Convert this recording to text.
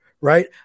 right